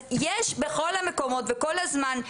אז יש בכל המקומות וכל הזמן.